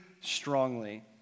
strongly